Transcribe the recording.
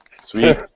Sweet